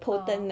orh